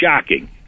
shocking